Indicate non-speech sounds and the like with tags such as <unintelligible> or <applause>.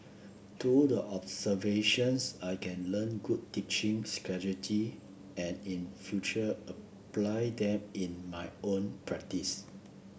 through the observations I can learn good teaching <unintelligible> and in future apply them in my own practice